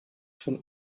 von